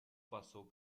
passou